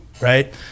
right